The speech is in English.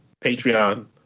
Patreon